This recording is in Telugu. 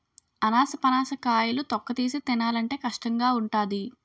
అనాసపనస కాయలు తొక్కతీసి తినాలంటే కష్టంగావుంటాది